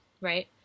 right